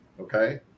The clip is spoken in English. okay